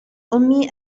أمي